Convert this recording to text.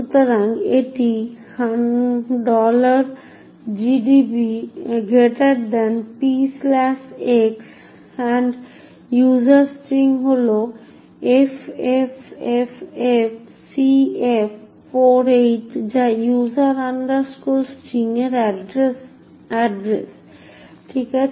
সুতরাং এটি gdb px user string হল ffffcf48 যা user string এর এড্রেস ঠিক আছে